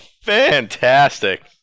fantastic